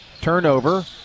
Turnover